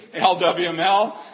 LWML